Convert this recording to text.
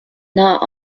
not